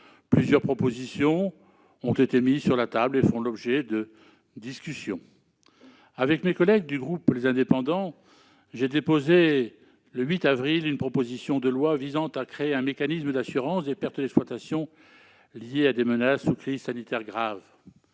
Plusieurs propositions ont été mises sur la table, et nous discuterons ensemble des différentes options. Avec mes collègues du groupe Les Indépendants, j'ai déposé le 8 avril une proposition de loi visant à créer un mécanisme d'assurance des pertes d'exploitation liées à des menaces ou crises sanitaires graves.